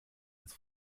ins